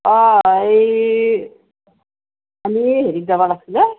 অঁ এই আমি হেৰিত যাবা লাগছিল এই